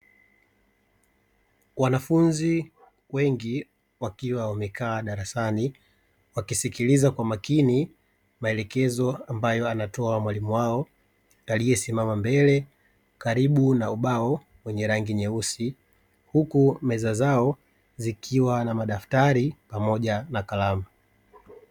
Wanafunzi wengi wakiwa wamekaa darasani, wakisikiliza kwa makini maelekezo ambayo anatoa mwalimu wao, aliyesimama mbele karibu na ubao wenye rangi nyeusi, huku meza zao zikiwa na madaftari pamoja na kalamu.